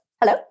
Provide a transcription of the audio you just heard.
hello